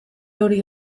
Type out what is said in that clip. hori